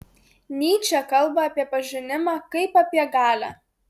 nyčė kalba apie pažinimą kaip apie galią